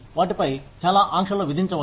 వాటిపై చాలా ఆంక్షలు విధించవద్దు